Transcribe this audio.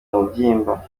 umubyimba